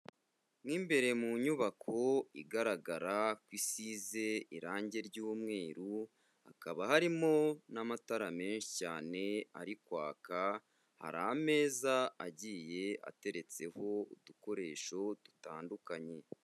Mo imbere mu nyubako igaragara ko isize irangi ry'umweru, hakaba harimo n'amatara menshi cyane ari kwaka, hari ameza agiye ateretseho udukoresho dutandukanye.